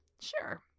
sure